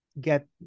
get